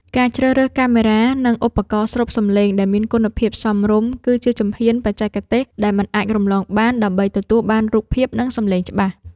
ការជ្រើសរើសកាមេរ៉ា និងឧបករណ៍ស្រូបសំឡេងដែលមានគុណភាពសមរម្យ គឺជាជំហានបច្ចេកទេសដែលមិនអាចរំលងបានដើម្បីទទួលបានរូបភាព និងសំឡេងច្បាស់។